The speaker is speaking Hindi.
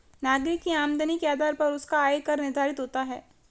नागरिक की आमदनी के आधार पर उसका आय कर निर्धारित होता है